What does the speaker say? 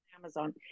Amazon